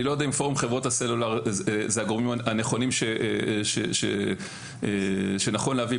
אני לא יודע אם פורום חברות הסלולר זה הגורמים הנכונים שנכון להביא,